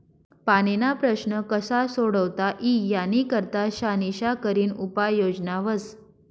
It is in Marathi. पाणीना प्रश्न कशा सोडता ई यानी करता शानिशा करीन उपाय योजना व्हस